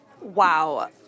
Wow